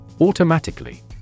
Automatically